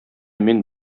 мин